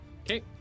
Okay